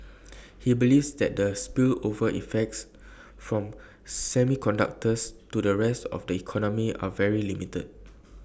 he believes that the spillover effects from semiconductors to the rest of the economy are very limited